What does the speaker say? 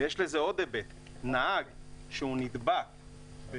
ויש לזה עוד היבט נהג שנדבק בנגיף,